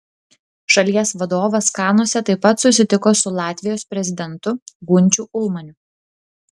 šalies vadovas kanuose taip pat susitiko su latvijos prezidentu gunčiu ulmaniu